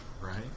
Right